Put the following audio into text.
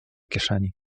kieszeni